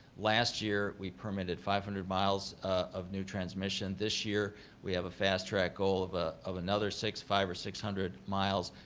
last year we permitted five hundred miles of new transmission, this year we have a fast track goal of ah of another six, five or six hundred miles,